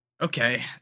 okay